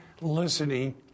listening